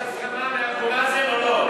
אדוני היושב-ראש, יש הסכמה מאבו מאזן או לא?